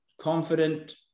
confident